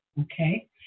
okay